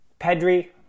Pedri